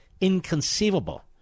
inconceivable